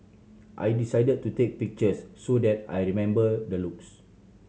I decided to take pictures so that I remember the looks